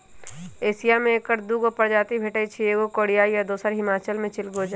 Asia में ऐकर दू गो प्रजाति भेटछइ एगो कोरियाई आ दोसर हिमालय में चिलगोजा